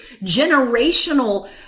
generational